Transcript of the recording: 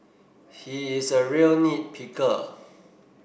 he is a real nit picker